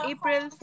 April